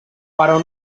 però